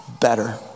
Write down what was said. better